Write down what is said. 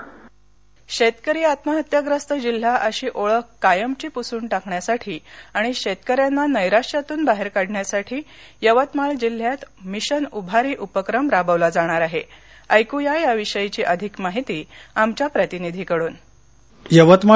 mission उभारी यवतमाळ शेतकरी आत्महत्याग्रस्त जिल्हा अशी ओळख कायमची पुसुन टाकण्यासाठी आणि शेतकऱ्यांना नैराश्यातून बाहेर काढण्यासाठी यवतमाळ जिल्ह्यात मिशन उभारी उपक्रम राबवला जाणार आहे ऐकूया या विषयीची अधिक माहिती आमच्या प्रतिनिधीकडुन